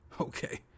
Okay